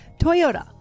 Toyota